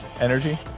energy